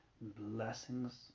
Blessings